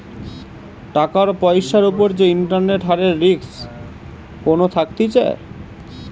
টাকার পয়সার উপর যে ইন্টারেস্ট হারের রিস্ক কোনো থাকতিছে